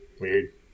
Weird